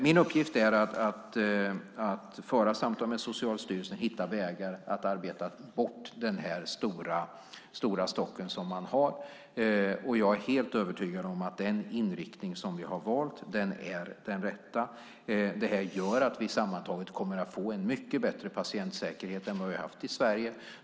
Min uppgift är att föra samtal med Socialstyrelsen och hitta vägar att arbeta bort den stora stock av ärenden som finns. Jag är helt övertygad om att den inriktning vi valt är den rätta. Det gör att vi sammantaget kommer att få en mycket bättre patientsäkerhet i Sverige än vi haft tidigare.